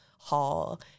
hall